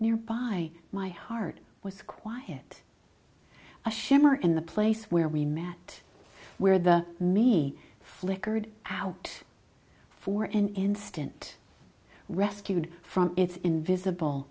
nearby my heart was quiet a shimmer in the place where we met where the me flickered out for an instant rescued from its invisible